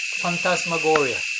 phantasmagoria